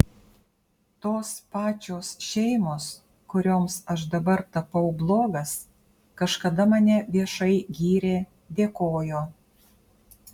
tos pačios šeimos kurioms aš dabar tapau blogas kažkada mane viešai gyrė dėkojo